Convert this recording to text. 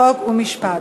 חוק ומשפט.